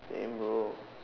same bro